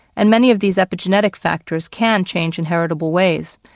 and many of these epigenetic factors can change in heritable ways.